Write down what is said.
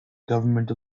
government